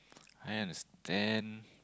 I understand